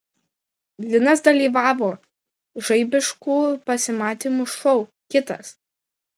linas dalyvavo žaibiškų pasimatymų šou kitas